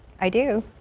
i do.